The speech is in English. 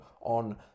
on